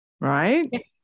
right